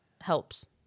helps